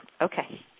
Okay